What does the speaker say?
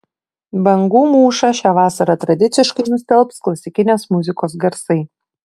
bangų mūšą šią vasarą tradiciškai nustelbs klasikinės muzikos garsai